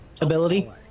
ability